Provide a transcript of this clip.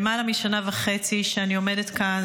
למעלה משנה וחצי שאני עומדת כאן,